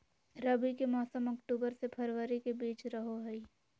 रबी के मौसम अक्टूबर से फरवरी के बीच रहो हइ